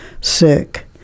sick